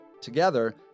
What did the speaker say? Together